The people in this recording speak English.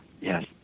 Yes